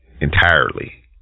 entirely